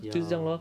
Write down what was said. ya